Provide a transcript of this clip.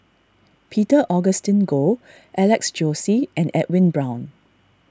Peter Augustine Goh Alex Josey and Edwin Brown